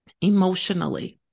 emotionally